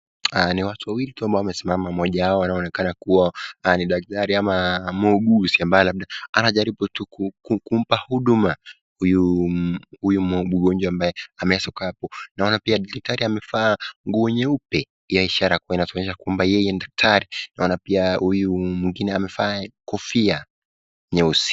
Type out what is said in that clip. Two people are standing and one of them is a doctor is trying to treat a patient